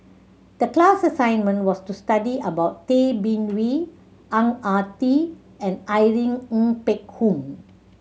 the class assignment was to study about Tay Bin Wee Ang Ah Tee and Irene Ng Phek Hoong